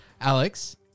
Alex